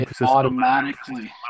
automatically